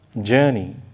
journey